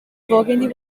burgundy